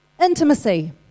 Intimacy